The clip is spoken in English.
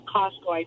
Costco